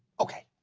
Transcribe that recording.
okay,